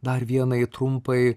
dar vienai trumpai